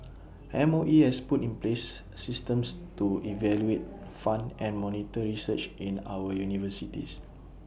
M O E has put in place systems to evaluate fund and monitor research in our universities